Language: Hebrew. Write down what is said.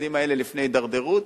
הילדים האלה לפני הידרדרות.